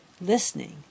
listening